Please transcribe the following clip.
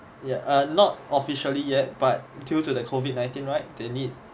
ya ah not officially yet but due to the COVID nineteen right they need